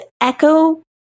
echo